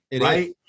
right